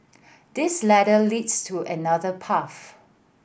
this ladder leads to another path